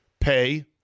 pay